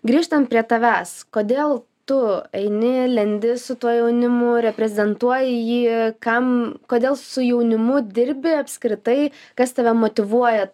grįžtant prie tavęs kodėl tu eini ir lendi su tuo jaunimu reprezentuoji jį ir kam kodėl su jaunimu dirbi apskritai kas tave motyvuoja